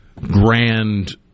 grand